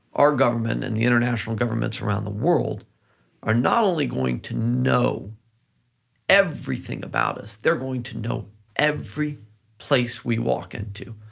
our government and the international governments around the world are not only going to know everything about us, they're going to know every place we walk into.